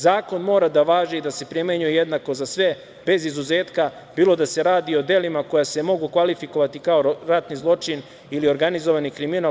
Zakon mora da važi i da se primenjuje jednako za sve, bez izuzetka, bilo da se radi o delima koja se mogu kvalifikovati kao ratni zločin ili organizovani kriminal.